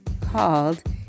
called